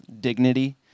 dignity